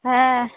হ্যাঁ